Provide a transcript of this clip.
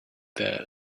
there